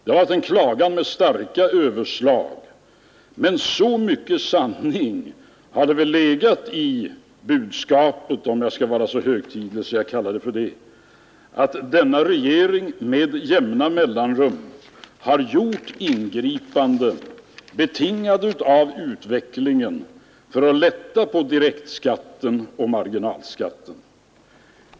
Det har varit en klagan med starka överslag, men så mycket sanning har det väl legat i budskapet — om jag skall vara så högtidlig att jag kallar det för det — att denna regering med jämna mellanrum har gjort ingripanden, betingade av utvecklingen, för att lätta på direktskatten och marginalskatten.